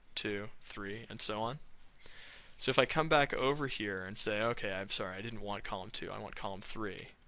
two, three, and so on so if i come back over here and say, okay i'm sorry, i didn't want column two i want column three